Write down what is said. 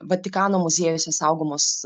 vatikano muziejuose saugomos